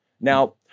Now